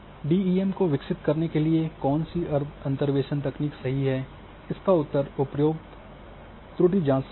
DEM को विकसित करने के लिए कौन सी अंतर्वेशन तकनीक सही है इसका उत्तर उपरोक्त त्रुटि जांच से आएगा